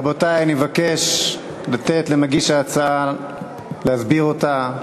רבותי, אני מבקש לתת למגיש ההצעה להסביר אותה.